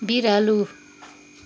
बिरालो